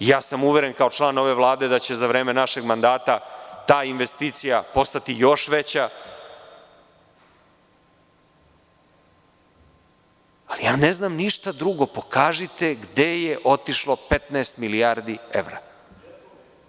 Uveren sam, kao član ove Vlade, da će za vreme našeg mandata ta investicija postati još veća, ali ja ne znam ništa drugo, pokažite gde je otišlo 15 milijardi evra.